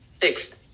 fixed